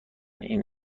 این